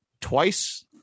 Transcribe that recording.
twice